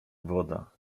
woda